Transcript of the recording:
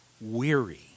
weary